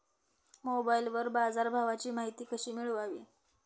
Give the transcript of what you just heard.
मोबाइलवर बाजारभावाची माहिती कशी मिळवावी?